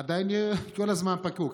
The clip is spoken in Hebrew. עדיין כל הזמן פקוק.